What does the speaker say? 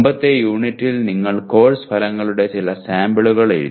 മുമ്പത്തെ യൂണിറ്റിൽ നിങ്ങൾ കോഴ്സ് ഫലങ്ങളുടെ ചില സാമ്പിളുകൾ എഴുതി